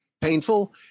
painful